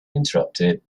interrupted